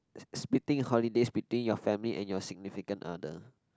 splitting holidays between your family and your significant other